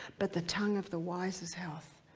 but the tongue of the wise is health.